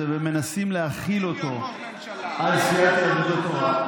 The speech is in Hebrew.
ומנסים להחיל אותו על סיעת יהדות התורה,